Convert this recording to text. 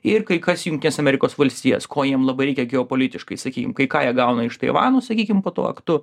ir kai kas į jungtines amerikos valstijas ko jiem labai reikia geopolitiškai sakykim ką jie gauna iš taivano sakykim po tuo aktu